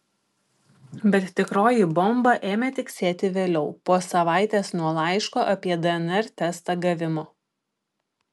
bet tikroji bomba ėmė tiksėti vėliau po savaitės nuo laiško apie dnr testą gavimo